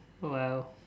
!wow!